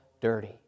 dirty